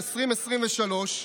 ב-2023,